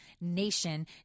nation